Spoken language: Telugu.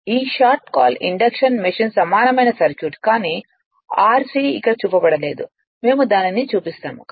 కాబట్టి దీన్ని ఇండక్షన్ మెషిన్ సమానమైన సర్క్యూట్ అంటాము కానీ rc ఇక్కడ చూపబడలేదు మేము దానిని చూపిస్తాము